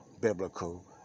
biblical